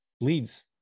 leads